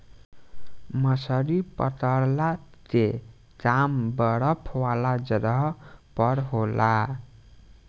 मछली पकड़ला के काम बरफ वाला जगह पर होला